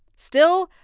still,